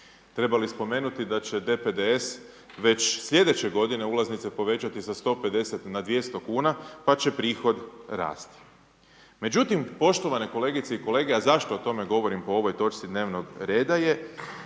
Treba li spomenuti da će DPDS već slijedeće godine ulaznice povećati sa 150 na 200 kn pa će prihod rasti. Međutim poštovane kolegice i kolege, a zašto o tome govorim po ovoj točci dnevnog reda je